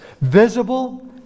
visible